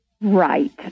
Right